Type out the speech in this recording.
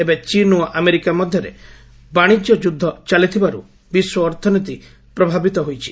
ଏବେ ଚୀନ୍ ଓ ଆମେରିକା ମଧ୍ୟରେ ବାଣିଜ୍ୟ ଯୁଦ୍ଧ ଚାଲିଥିବାରୁ ବିଶ୍ୱ ଅର୍ଥନୀତି ପ୍ରଭାବିତ ହୋଇଛି